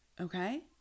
Okay